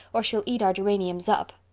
or she'll eat our geraniums up,